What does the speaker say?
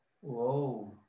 Whoa